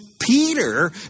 Peter